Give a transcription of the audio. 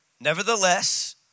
Nevertheless